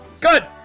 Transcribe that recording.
Good